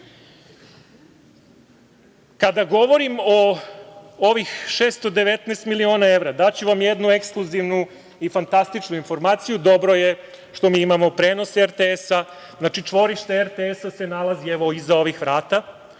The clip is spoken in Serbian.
govorim o ovih 619 miliona evra, daću vam jednu ekskluzivnu i fantastičnu informaciju, dobro je što mi imamo prenos RTS-a. Znači, čvorište RTS-a se nalazi iza ovih vrata,